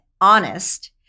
honest